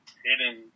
hidden